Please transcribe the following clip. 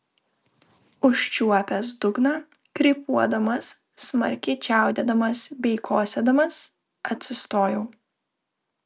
užčiuopęs dugną krypuodamas smarkiai čiaudėdamas bei kosėdamas atsistojau